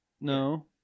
No